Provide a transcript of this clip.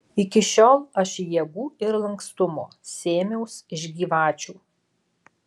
iki šiol aš jėgų ir lankstumo sėmiaus iš gyvačių